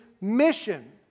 mission